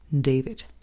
David